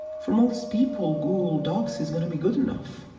for most people, google docs is going to be good enough,